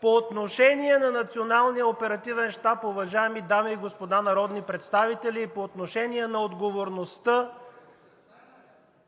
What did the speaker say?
По отношение на Националния оперативен щаб, уважаеми дами и господа народни представители, и по отношение на отговорността